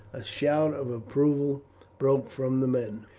a shout of approval broke from the men.